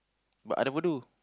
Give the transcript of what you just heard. but I never do